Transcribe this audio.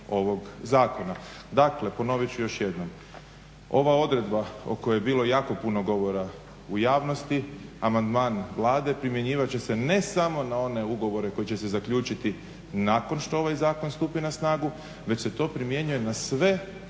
ovog zakona Dakle ponovit ću još jednom, ova odredba o kojoj je bilo jako puno govora u javnosti, amandman Vlade primjenjivat će se ne samo na one ugovore koji će se zaključiti nakon što ovaj zakon stupi na snagu, već se to primjenjuje na sve